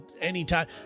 anytime